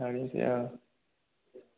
औ बिदि औ